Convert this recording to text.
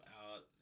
out